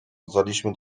dotarliśmy